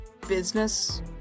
business